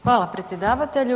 Hvala predsjedavatelju.